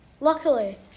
Luckily